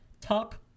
talk